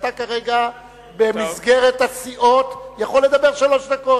אתה כרגע במסגרת הסיעות יכול לדבר שלוש דקות.